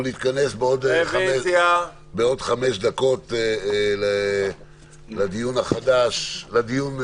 אנחנו נתכנס בעוד חמש דקות לדיון בנוגע